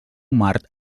mart